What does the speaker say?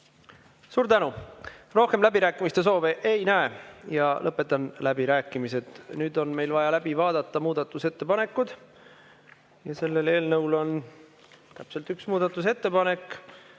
Suur tänu! Rohkem läbirääkimiste soove ei näe. Lõpetan läbirääkimised. Nüüd on meil vaja läbi vaadata muudatusettepanekud. Selle eelnõu kohta on täpselt üks muudatusettepanek,